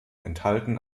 enthalten